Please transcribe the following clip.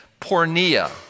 pornea